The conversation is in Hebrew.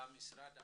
והמשרד המתכלל,